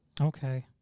okay